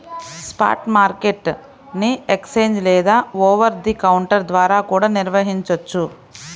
spot market ని exchange లేదా over the counter ద్వారా కూడా నిర్వహించొచ్చు